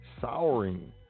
souring